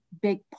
big